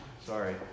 Sorry